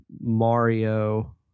Mario